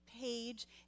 page